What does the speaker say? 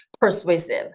persuasive